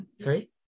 Sorry